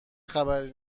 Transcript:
خبری